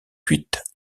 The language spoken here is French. cuite